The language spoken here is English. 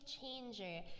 changer